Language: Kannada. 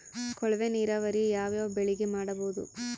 ಕೊಳವೆ ನೀರಾವರಿ ಯಾವ್ ಯಾವ್ ಬೆಳಿಗ ಮಾಡಬಹುದು?